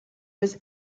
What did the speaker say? was